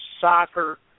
soccer